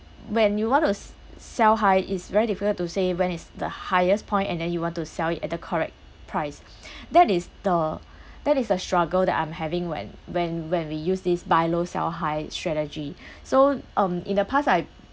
when you want to s~ sell high it's very difficult to say when is the highest point and then you want to sell it at the correct price that is the that is a struggle that I'm having when when when we use this buy low sell high strategy so um in the past I